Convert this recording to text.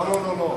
לא, לא.